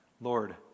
Lord